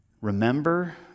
Remember